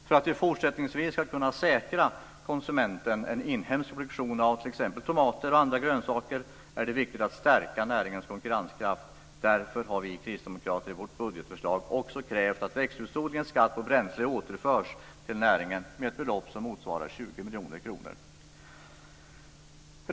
För att vi fortsättningsvis ska kunna säkra konsumenten en inhemsk produktion av t.ex. tomater och andra grönsaker är det viktigt att stärka näringens konkurrenskraft, därför har vi kristdemokrater i vårt budgetförslag också krävt att växthusodlingens skatt på bränsle återförs till näringen med ett belopp som motsvarar 20 miljoner kronor.